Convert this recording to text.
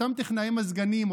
אותם טכנאי מזגנים,